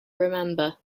remember